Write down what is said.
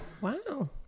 Wow